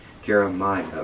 Jeremiah